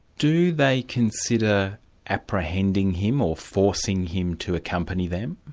do they consider apprehending him or forcing him to accompany them?